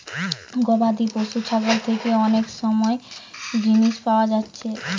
গবাদি পশু ছাগল থিকে অনেক সব জিনিস পায়া যাচ্ছে